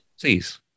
Please